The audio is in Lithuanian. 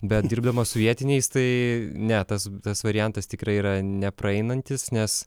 bet dirbdamas su vietiniais tai ne tas tas variantas tikrai yra nepraeinantis nes